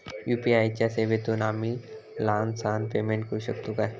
UPI च्या सेवेतून आम्ही लहान सहान पेमेंट करू शकतू काय?